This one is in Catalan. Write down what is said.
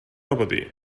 repetir